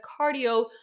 cardio